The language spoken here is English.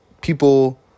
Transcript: people